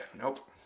Nope